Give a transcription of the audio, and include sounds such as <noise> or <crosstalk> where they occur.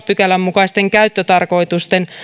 <unintelligible> pykälän mukaisten käyttötarkoitusten